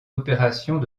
opérations